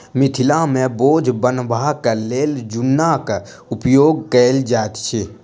मिथिला मे बोझ बन्हबाक लेल जुन्नाक उपयोग कयल जाइत अछि